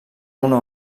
una